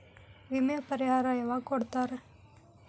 ವಿಮೆ ಪರಿಹಾರ ಯಾವಾಗ್ ಕೊಡ್ತಾರ?